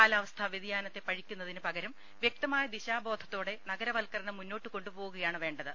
കാലാവസ്ഥാ വ്യതിയാനത്തെ പ്രഴിക്കുന്നതിന് പകരം വൃക്തമായ ദിശാബോധത്തോടെ ന്ന്തരപ്പൽക്കരണം മുന്നോട്ട് കൊണ്ടുപോകുകയാണ് വേണ്ടത്